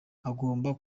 agomba